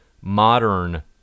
modern